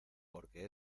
porque